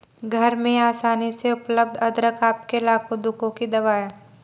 घर में आसानी से उपलब्ध अदरक आपके लाखों दुखों की दवा है